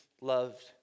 loved